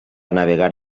navegar